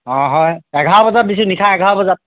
অঁ হয় এঘাৰ বজাত দিছোঁ নিশা এঘাৰ বজাত